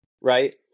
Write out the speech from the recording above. right